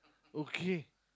okay